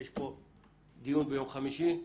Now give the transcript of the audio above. יש פה דיון ביום חמישי.